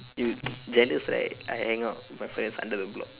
you jealous right I hang out with my friends under the block